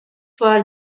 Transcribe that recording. for